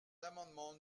l’amendement